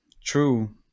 true